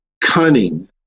cunning